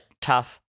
tough